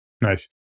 Nice